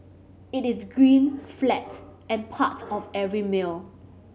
it is green flat and part of every meal